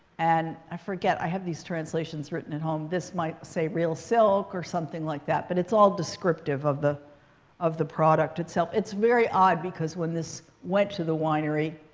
and i forget, i have these translations written at home. this might say, real silk or something like that. but it's all descriptive of the of the product itself. it's very odd. because when this went to the winery,